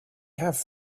have